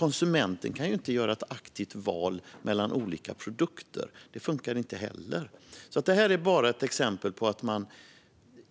Konsumenten kan alltså inte göra ett aktivt val mellan olika produkter. Det funkar inte heller. Det här är bara ett exempel på att man